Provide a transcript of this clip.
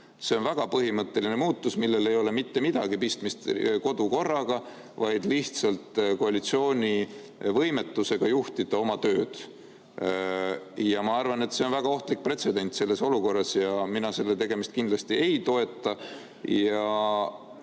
See on väga põhimõtteline muutus, millel ei ole mitte midagi pistmist kodukorraga, vaid lihtsalt koalitsiooni võimetusega oma tööd juhtida. Ma arvan, et see on väga ohtlik pretsedent selles olukorras ja mina seda kindlasti ei toeta.